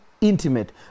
intimate